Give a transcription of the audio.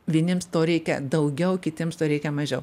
vieniems to reikia daugiau kitiems to reikia mažiau